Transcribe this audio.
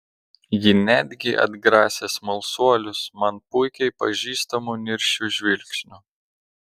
ji netgi atgrasė smalsuolius man puikiai pažįstamu niršiu žvilgsniu